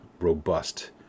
robust